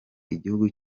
igihugu